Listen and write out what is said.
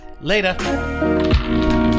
later